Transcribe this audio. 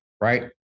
right